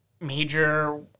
major